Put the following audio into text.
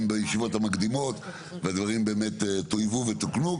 בישיבות המקדימות והדברים באמת טוייבו ותוקנו,